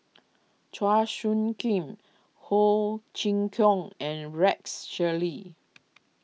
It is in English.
Chua Soo Khim Ho Chee Kong and Rex Shelley